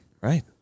Right